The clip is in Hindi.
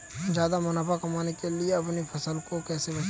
ज्यादा मुनाफा कमाने के लिए अपनी फसल को कैसे बेचें?